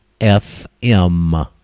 f-m